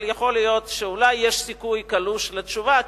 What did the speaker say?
אבל יכול להיות שאולי יש סיכוי קלוש לתשובה,